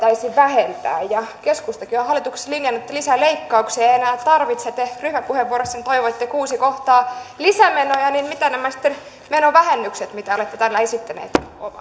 vähentää ja keskustakin on hallituksessa linjannut että lisää leikkauksia ei enää tarvitse tehdä mutta ryhmäpuheenvuorossanne toivoitte kuusi kohtaa lisämenoja niin mitä sitten ovat nämä menovähennykset mitä olette täällä esittäneet